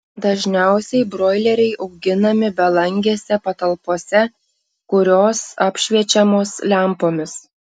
dažniausiai broileriai auginami belangėse patalpose kurios apšviečiamos lempomis